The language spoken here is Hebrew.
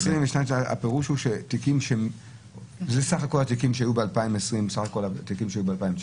הפירוש הוא שזה סל כל התיקים שהיו ב-2020 וסך כל התיקים של ב-2019